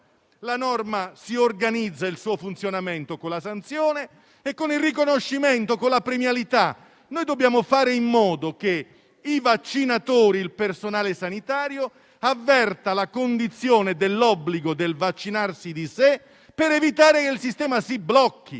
La norma organizza il proprio funzionamento con la sanzione e con il riconoscimento, con la premialità. Noi dobbiamo fare in modo che i vaccinatori e il personale sanitario avvertano la condizione dell'obbligo del vaccinarsi per evitare che il sistema si blocchi.